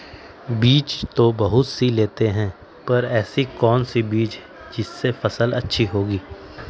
बीज तो बहुत सी लेते हैं पर ऐसी कौन सी बिज जिससे फसल अच्छी होगी?